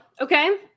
Okay